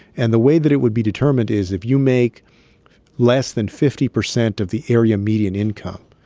and the way that it would be determined is if you make less than fifty percent of the area median income,